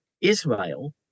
israel